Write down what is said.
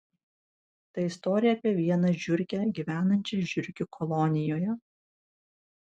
tai istorija apie vieną žiurkę gyvenančią žiurkių kolonijoje